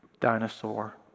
dinosaur